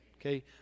Okay